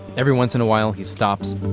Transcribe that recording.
every once in awhile he stops,